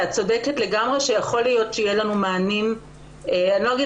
את צודקת שיכול להיות שיהיו לנו מענים חופפים.